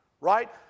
right